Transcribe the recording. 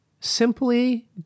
simply